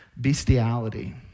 bestiality